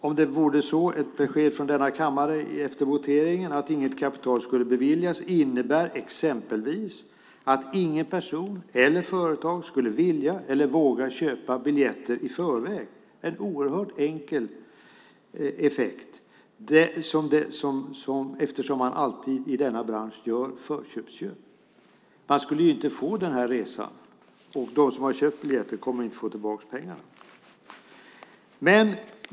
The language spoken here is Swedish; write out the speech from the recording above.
Om det blir ett besked från denna kammare efter voteringen att inget kapital ska beviljas innebär det exempelvis att ingen person eller inget företag skulle vilja eller våga köpa biljetter i förväg. Det är en oerhört enkel effekt eftersom man alltid i denna bransch gör förköp. Man skulle inte få resan. De som har köpt biljetter får inte tillbaka pengarna.